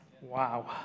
Wow